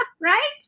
Right